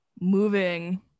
moving